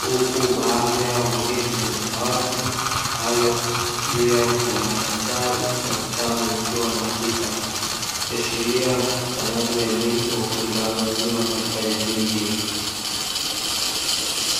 huku baadhi yao wameketi kwenye dawati ambalo juu yao kuna madaftari na vitabu wakiwa wanaandika, ikiashiria upatikanaji wa elimu kwa kundi la watu wazima katika jamii hiyo.